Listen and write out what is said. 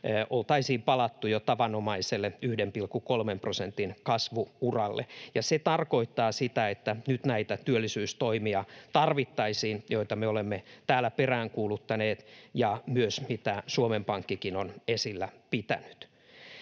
oltaisiin palattu jo tavanomaiselle 1,3 prosentin kasvu-uralle. Ja se tarkoittaa sitä, että nyt tarvittaisiin näitä työllisyystoimia, joita me olemme täällä peräänkuuluttaneet ja joita Suomen Pankkikin on esillä pitänyt.